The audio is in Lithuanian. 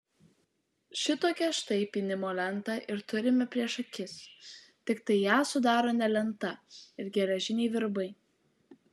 šitokią štai pynimo lentą ir turime prieš akis tiktai ją sudaro ne lenta ir geležiniai virbai